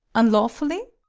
unlawfully?